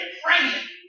praying